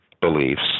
beliefs